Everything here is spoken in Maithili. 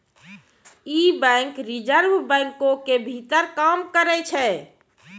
इ बैंक रिजर्व बैंको के भीतर काम करै छै